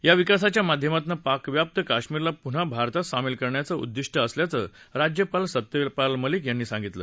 या विकासाच्या माध्यमातनं पाकव्याप्त काश्मीरला पून्हा भारतात सामील करण्याचं उद्दिष्ट असल्याचं राज्यपाल सत्यपाल मलिक म्हणाले